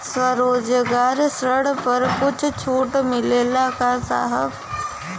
स्वरोजगार ऋण पर कुछ छूट मिलेला का साहब?